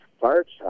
parts